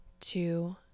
two